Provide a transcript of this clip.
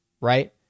right